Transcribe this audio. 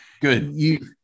Good